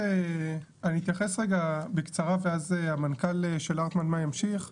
אני אתייחס רגע בקצרה ואז המנכ"ל של הרטמן מאי ימשיך,